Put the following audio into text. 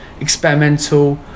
experimental